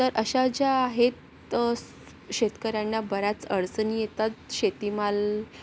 तर अशा ज्या आहेत स शेतकऱ्यांना बऱ्याच अडचणी येतात शेतीमाल